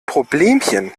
problemchen